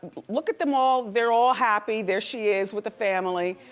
look at them all, they're all happy, there she is with the family.